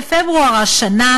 בפברואר השנה,